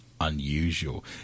unusual